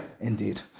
indeed